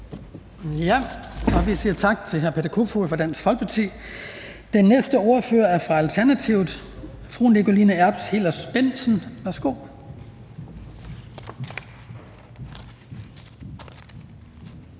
Vi siger tak til hr. Peter Kofod fra Dansk Folkeparti. Den næste ordfører er fra Alternativet. Fru Nikoline Erbs Hillers-Bendtsen, værsgo.